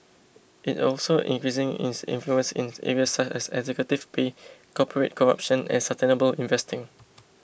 it's also increasing its influence in areas such as executive pay corporate corruption and sustainable investing